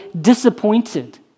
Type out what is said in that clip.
disappointed